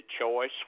choice